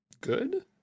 good